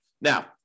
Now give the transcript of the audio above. Now